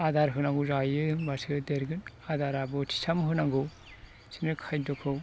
आदार होनांगौ जायो होमब्लासो देरगोन आदारआ बोथिथाम होनांगौ बिदिनो खायद'खौ